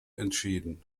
entschieden